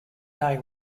day